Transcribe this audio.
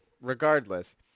regardless